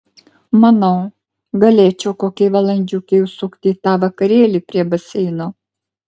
manau galėčiau kokiai valandžiukei užsukti į tą vakarėlį prie baseino